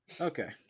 Okay